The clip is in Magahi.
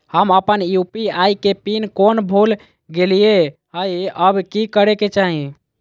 हम अपन यू.पी.आई के पिन कोड भूल गेलिये हई, अब की करे के चाही?